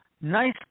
Nice